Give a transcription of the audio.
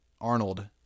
Arnold